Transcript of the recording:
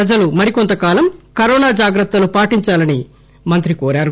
ప్రజలు మరికోంత కాలం కరోన జాగ్రత్తలు పాటించాలని మంత్రి కోరారు